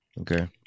Okay